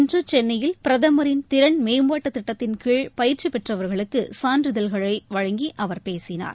இன்று சென்னையில் பிரதமரின் திறன் மேம்பாட்டுத்திட்டத்தின்கீழ் பயிற்சி பெற்றவர்களுக்கு சான்றிதழ்களை வழங்கி அவர் பேசினார்